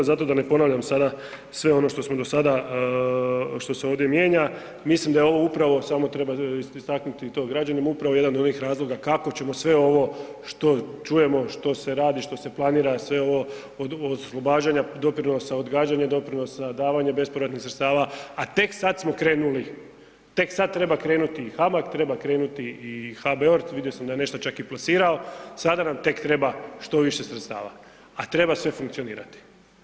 Zato da ne ponavljam sada sve ono što smo do sada što se ovdje mijenja mislim da je ovo upravo samo treba istaknuti i to građanima, upravo jedan od onih razloga kako ćemo sve ovo što čujemo, što se radi, što se planira sve ovo od oslobađanja doprinosa, odgađanja doprinosa, davanja bespovratnih sredstava, a tek sad smo krenuli, tek sad treba krenuti i HMAG, treba krenuti i HBOR, vidio sam da je čak nešto i plasirao, sada nam tek treba što više sredstava, a treba sve funkcionirati.